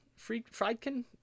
Friedkin